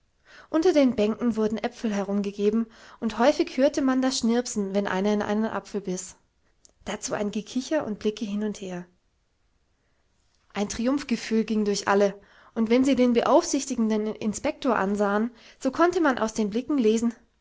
unter den bänken wurden äpfel herumgegeben und häufig hörte man das schnirpsen wenn einer in einen apfel biß dazu ein gekicher und blicke hin und her ein triumphgefühl ging durch alle und wenn sie den beaufsichtigenden inspektor ansahen so konnte man aus den blicken lesen